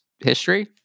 History